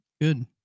good